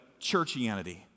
churchianity